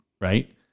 Right